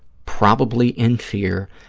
probably in fear,